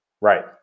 Right